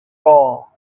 all